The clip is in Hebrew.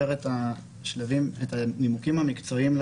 את השלבים ואת הנימוקים המקצועיים,